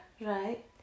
Right